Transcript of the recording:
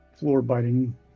floor-biting